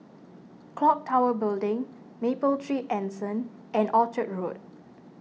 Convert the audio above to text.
Clock Tower Building Mapletree Anson and Orchard Road